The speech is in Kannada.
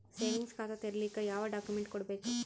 ಸೇವಿಂಗ್ಸ್ ಖಾತಾ ತೇರಿಲಿಕ ಯಾವ ಡಾಕ್ಯುಮೆಂಟ್ ಕೊಡಬೇಕು?